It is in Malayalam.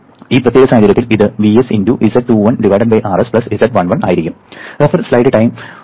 ഈ പ്രത്യേക സാഹചര്യത്തിൽ ഇത് Vs × z21 Rs z11 ആയിരിക്കും